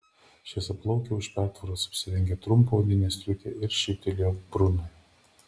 šviesiaplaukė už pertvaros apsirengė trumpą odinę striukę ir šyptelėjo brunui